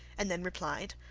and then replied,